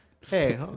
Hey